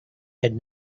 had